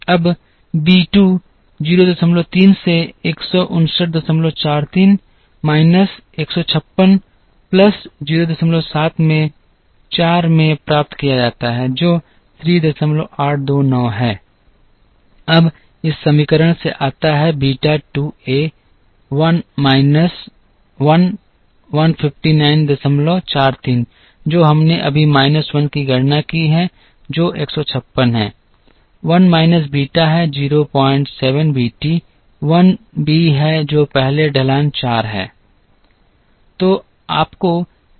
अब बी 2 03 से 15943 minus 156 plus 07 में 4 में प्राप्त किया जाता है जो 3829 है अब इस समीकरण से आता है बीटा 2 ए 1 माइनस 1 15943 जो हमने अभी माइनस 1 की गणना की है जो 156 है 1 माइनस बीटा है 07 बीटी 1 बी है जो पहले ढलान 4 है